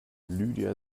lydia